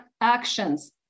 actions